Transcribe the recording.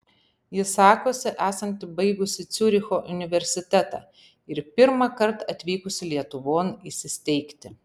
ji sakosi esanti baigusi ciuricho universitetą ir pirmąkart atvykusi lietuvon įsisteigti